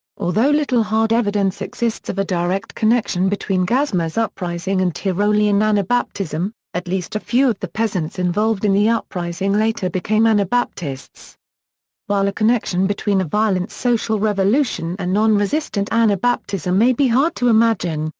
although little hard evidence exists of a direct connection between gasmair's uprising and tyrolian anabaptism, at least a few of the peasants involved in the uprising later became anabaptists. while a connection between a violent social revolution and non-resistant anabaptism may be hard to imagine,